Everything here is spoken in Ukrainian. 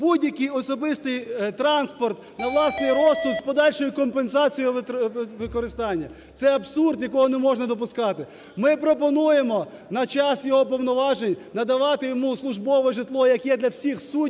будь-який особистий транспорт на власний розсуд з подальшою компенсацією використання. Це абсурд, якого не можна допускати. Ми пропонуємо на час його повноважень надавати йому службове житло, яке для всіх суддів,